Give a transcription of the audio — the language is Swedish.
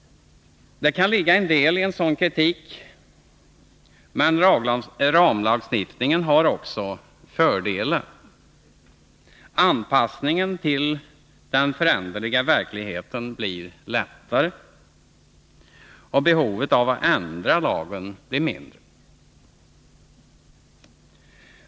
Det kan ligga en del i en sådan kritik, men ramlagstiftningen har också fördelar. Anpassningen till den föränderliga verkligheten blir lättare och behovet av att ändra lagen blir mindre.